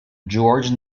george